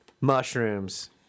mushrooms